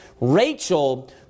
Rachel